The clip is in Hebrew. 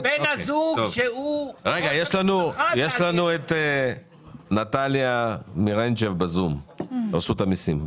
הזוג- -- יש לנו נטליה מירנצ'וב, רשות המיסים,